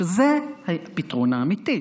שזה הפתרון האמיתי,